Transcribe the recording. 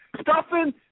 Stuffing